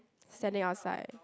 standing outside